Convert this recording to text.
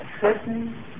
certain